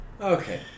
Okay